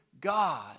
God